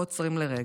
לא עוצרים לרגע,